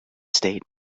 state